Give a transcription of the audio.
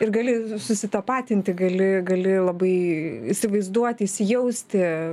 ir gali susitapatinti gali gali labai įsivaizduoti įsijausti